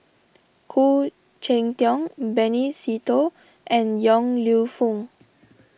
Khoo Cheng Tiong Benny Se Teo and Yong Lew Foong